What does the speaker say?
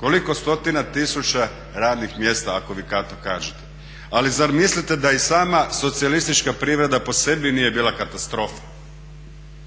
koliko stotina tisuća radnih mjesta ako vi tako kažete. Ali zar mislite da i sama socijalistička privreda po sebi nije bila katastrofa?